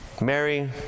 Mary